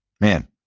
Man